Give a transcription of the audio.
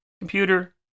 Computer